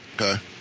Okay